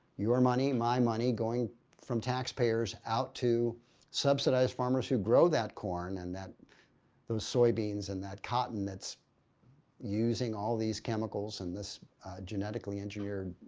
your money, my money going from taxpayers out to subsidize farmers who grow that corn and those soybeans and that cotton that's using all these chemicals in this genetically engineered